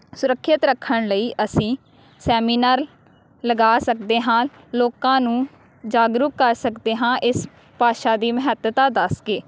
ਸੁਰੱਖਿਅਤ ਰੱਖਣ ਲਈ ਅਸੀਂ ਸੈਮੀਨਾਰ ਲਗਾ ਸਕਦੇ ਹਾਂ ਲੋਕਾਂ ਨੂੰ ਜਾਗਰੂਕ ਕਰ ਸਕਦੇ ਹਾਂ ਇਸ ਭਾਸ਼ਾ ਦੀ ਮਹੱਤਤਾ ਦੱਸ ਕੇ